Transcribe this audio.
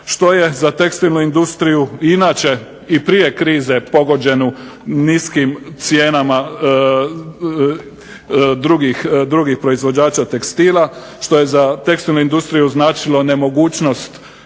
što je za tekstilnu industriju i inače i prije krize pogođenu niskim cijenama drugih proizvođača tekstila, što je za tekstilnu industriju značilo nemogućnost